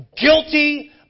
Guilty